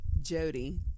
Jody